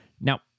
now